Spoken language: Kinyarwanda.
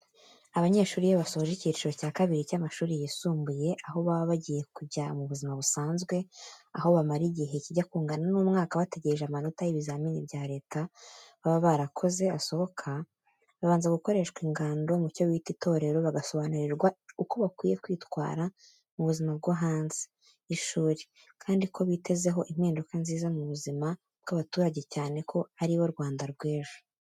Abanyeshuri iyo basoje icyiciro cya kabiri cy'amashuri yisumbuye aho baba bagiye kujya mu buzima busanzwe aho bamara igihe kijya kungana n'umwaka bategereje amanota y'ibizamini bya leta baba barakoze asohoka babanza gukoreshwa ingando mu cyo bita itorero bagasobanurirwa uko bakwiye kwitwara mu buzima bwo hanze y'ishuri kandi ko bitezaeho impinduka nziza mu buzima bwa'abaturage cyane ko aba ari bo Rwanda rw'ejo.